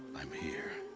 i'm here.